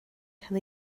cael